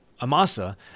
Amasa